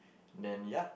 then ya